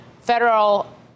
federal